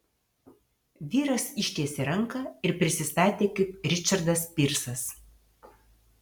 vyras ištiesė ranką ir prisistatė kaip ričardas pyrsas